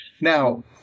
Now